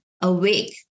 awake